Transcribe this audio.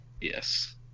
yes